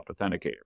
Authenticator